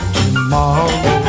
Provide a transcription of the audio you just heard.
tomorrow